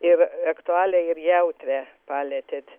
ir aktualią ir jautrią palietėt